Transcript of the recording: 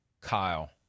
Kyle